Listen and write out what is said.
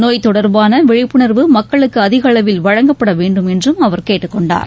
நோய் தொடர்பான விழிப்புணர்வு மக்களுக்கு அதிக அளவில் வழங்கப்பட வேண்டும் என்று அவர் கேட்டுக்கொண்டார்